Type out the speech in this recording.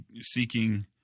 seeking